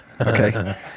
Okay